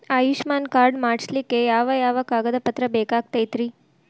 Ayushman card ಮಾಡ್ಸ್ಲಿಕ್ಕೆ ಯಾವ ಯಾವ ಕಾಗದ ಪತ್ರ ಬೇಕಾಗತೈತ್ರಿ?